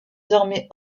désormais